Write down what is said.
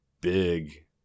big